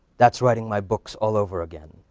that's writing my books all over again.